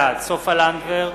בעד סופה לנדבר,